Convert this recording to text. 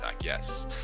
yes